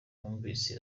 numvise